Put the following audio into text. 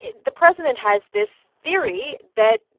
the president has this theory that,